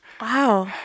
Wow